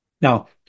Now